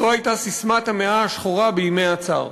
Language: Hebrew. זאת הייתה ססמת "המאה השחורה" בימי הצאר,